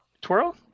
twirl